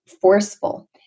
forceful